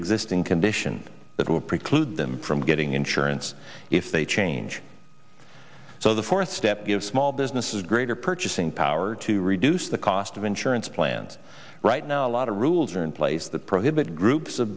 preexisting condition that will preclude them from getting insurance if they change so the fourth step give small businesses greater purchasing power to reduce the cost of insurance plans right now a lot of rules are in place that prohibit groups of